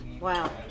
wow